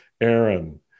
Aaron